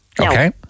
Okay